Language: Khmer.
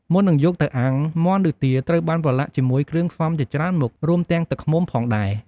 មុននឹងយកទៅអាំង មាន់ឬទាត្រូវបានប្រឡាក់ជាមួយគ្រឿងផ្សំជាច្រើនមុខ រួមទាំងទឹកឃ្មុំផងដែរ។